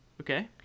Okay